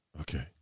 Okay